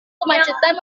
kemacetan